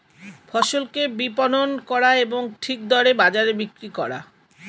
ফসলকে বিপণন করা এবং ঠিক দরে বাজারে বিক্রি করা